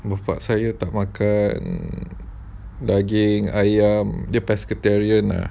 bapa saya tak makan daging ayam dia pescatarian ah